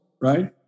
right